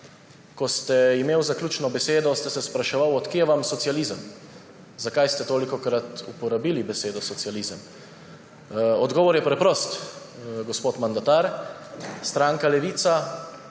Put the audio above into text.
Ko ste imeli zaključno besedo, ste se spraševali: od kod vam socializem, zakaj ste tolikokrat uporabili besedo socializem? Odgovor je preprost, gospod mandatar. Stranka Levica